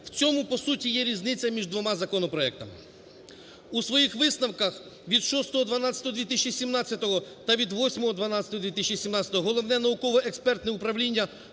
В цьому, по суті, є різниця між двома законопроектами. У своїх висновках від 06.12.2017 та від 08.12.2017 Головне науково-експертне управління